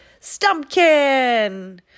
Stumpkin